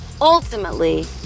Ultimately